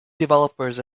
developers